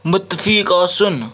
مُتفیٖق آسُن